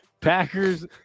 Packers